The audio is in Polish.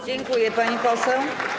Dziękuję, pani poseł.